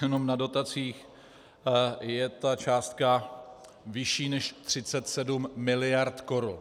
Jenom na dotacích je ta částka vyšší než 37 miliard korun.